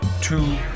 two